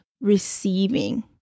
receiving